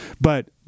but-